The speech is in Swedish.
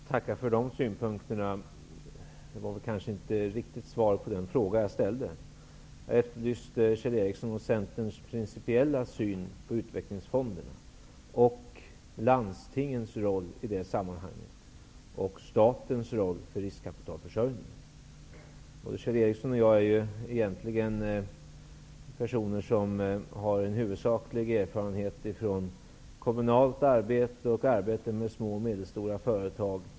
Herr talman! Jag tackar för synpunkterna. Men de gav kanske inte riktigt svar på den fråga jag ställde. Jag efterlyste Kjell Ericssons och Centerpartiets principiella syn på utvecklingsfonderna och landstingens roll i det sammanhanget samt statens roll för riskkapitalförsörjningen. Både Kjell Ericsson och jag är egentligen personer som har en huvudsaklig erfarenhet från kommunalt arbete och arbete med små och medelstora företag.